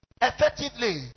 effectively